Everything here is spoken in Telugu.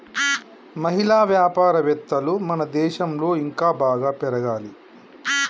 మహిళా వ్యాపారవేత్తలు మన దేశంలో ఇంకా బాగా పెరగాలి